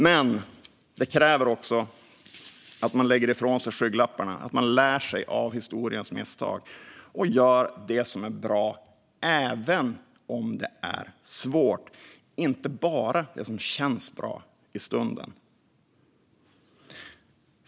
Men det kräver att man lägger ifrån sig skygglapparna, lär sig av historiens misstag och gör det som är bra, även om det är svårt, och inte bara det som känns bra i stunden.